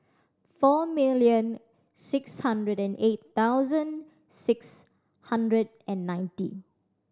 four million six hundred and eight thousand six hundred and ninety